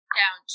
down